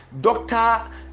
Doctor